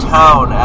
town